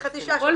אה אוקיי.